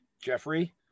Jeffrey